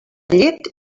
llet